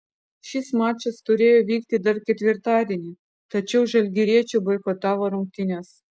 šis mačas turėjo vykti dar ketvirtadienį tačiau žalgiriečių boikotavo rungtynes